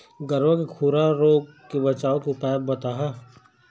गरवा के खुरा रोग के बचाए के उपाय बताहा?